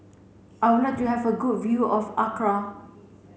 I would like to have a good view of Accra